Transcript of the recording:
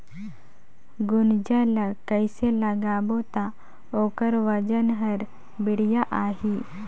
गुनजा ला कइसे लगाबो ता ओकर वजन हर बेडिया आही?